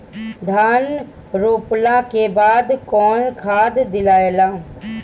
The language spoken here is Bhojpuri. धान रोपला के बाद कौन खाद दियाला?